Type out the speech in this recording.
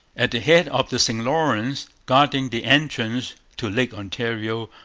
at the head of the st lawrence, guarding the entrance to lake ontario,